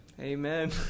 amen